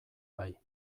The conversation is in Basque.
bai